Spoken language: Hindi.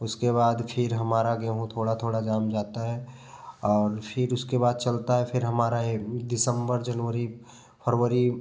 उसके बाद फिर हमारा गेहूँ थोड़ा थोड़ा जम जाता है और फिर उसके बाद चलता है फिर हमारा ये दिसंबर जनवरी फरवरी